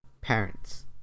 parents